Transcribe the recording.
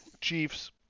Chiefs